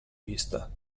vista